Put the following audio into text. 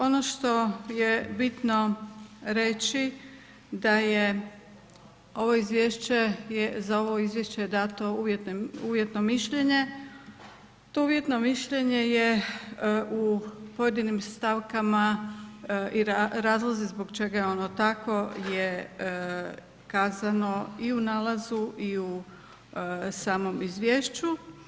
Ono što je bitno reći da je ovo izvješće, za ovo izvješće je dato uvjetno mišljenje, to uvjetno mišljenje je u pojedinim stavkama i razlozi zbog čega je ono takvo je kazano i u nalazu i u samom izvješću.